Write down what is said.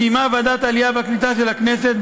קיימה ועדת העלייה והקליטה של הכנסת,